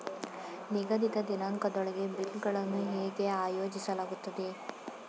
ನಿಗದಿತ ದಿನಾಂಕದೊಳಗೆ ಬಿಲ್ ಗಳನ್ನು ಹೇಗೆ ಆಯೋಜಿಸಲಾಗುತ್ತದೆ?